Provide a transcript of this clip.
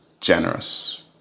generous